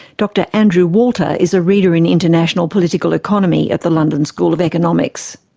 dr andrew walter is a reader in international political economy at the london school of economics.